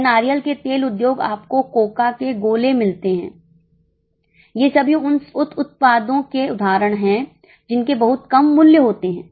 या नारियल के तेल उद्योग आपको कोका के गोले मिलते हैं ये सभी उन उप उत्पादों के उदाहरण हैं जिनके बहुत कम मूल्य होते है